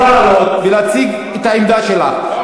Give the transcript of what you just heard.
את יכולה לעלות ולהציג את העמדה שלך.